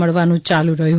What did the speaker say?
મળવાનું ચાલુ રહ્યું